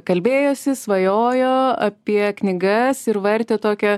kalbėjosi svajojo apie knygas ir vartė tokią